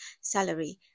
salary